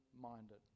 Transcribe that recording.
minded